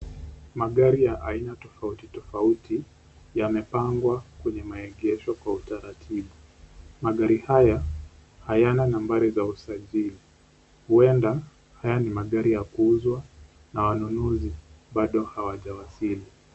Magari ya aina tofauti tofauti yamepangwa kwenye maegesho kwa utaratibu. Magari haya hayana nambari za usajili huenda haya ni magari ya kuuzwa na wanunuzi bado hawaja wasili.